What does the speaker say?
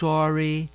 Sorry